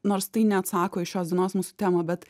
nors tai neatsako į šios dienos mūsų temą bet